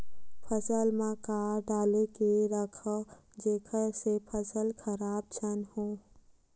फसल म का डाल के रखव जेखर से फसल खराब झन हो?